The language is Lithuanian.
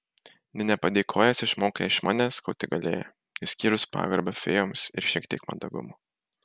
nė nepadėkojęs išmokai iš manęs ko tik galėjai išskyrus pagarbą fėjoms ir šiek tiek mandagumo